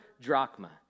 drachma